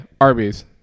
Arby's